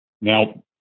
now